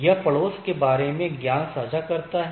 यह पड़ोस के बारे में ज्ञान साझा करता है